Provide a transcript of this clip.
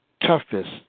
toughest